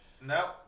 No